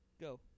Go